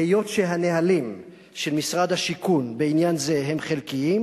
היות שהנהלים של משרד השיכון בעניין זה הם חלקיים,